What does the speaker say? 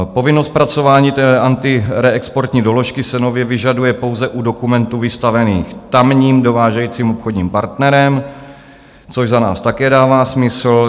Povinnost zpracování té antireexportní doložky se nově vyžaduje pouze u dokumentů vystavených tamním dovážejícím obchodním partnerem, což za nás také dává smysl.